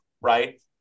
Right